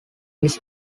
his